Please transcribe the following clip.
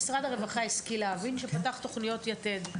משרד הרווחה השכיל להבין שפתח תוכניות יתד.